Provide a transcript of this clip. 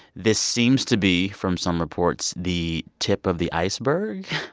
this seems to be, from some reports, the tip of the iceberg.